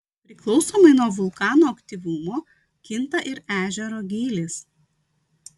priklausomai nuo vulkano aktyvumo kinta ir ežero gylis